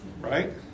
right